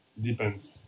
Depends